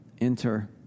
enter